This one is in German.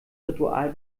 ritual